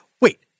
Wait